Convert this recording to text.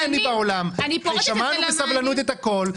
שמענו בסבלנות את הכול.